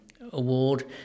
award